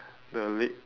the leg